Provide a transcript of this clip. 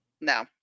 No